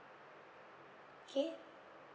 okay